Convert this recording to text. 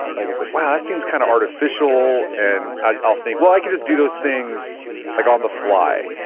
like it's like, wow! that seems kind of artificial. and i'll think, well i can just do those things like on the fly.